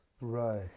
Right